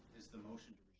is the motion